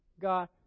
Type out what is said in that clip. God